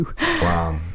Wow